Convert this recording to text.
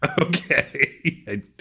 Okay